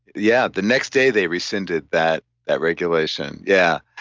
yeah, the next day they rescinded that that regulation. yeah,